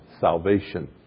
salvation